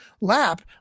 lap